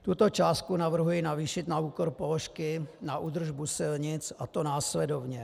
Tuto částku navrhuji navýšit na úkor položky na údržbu silnic, a to následovně.